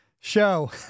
show